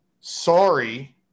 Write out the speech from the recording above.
sorry